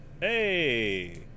hey